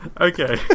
Okay